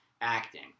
acting